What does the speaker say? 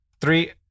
Three